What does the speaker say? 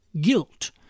guilt